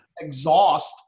exhaust